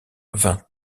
vingt